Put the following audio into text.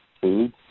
food